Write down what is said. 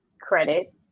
credit